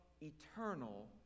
eternal